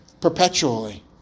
perpetually